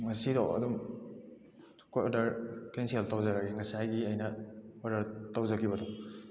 ꯉꯁꯤꯗꯣ ꯑꯗꯨꯝ ꯑꯩꯈꯣꯏ ꯑꯣꯔꯗꯔ ꯀꯦꯟꯁꯦꯜ ꯇꯧꯖꯔꯒꯦ ꯉꯁꯥꯏꯒꯤ ꯑꯩꯅ ꯑꯣꯔꯗꯔ ꯇꯧꯖꯈꯤꯕꯗꯣ